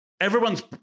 everyone's